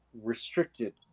restricted